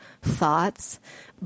thoughts